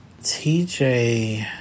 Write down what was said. TJ